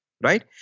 right